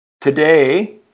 Today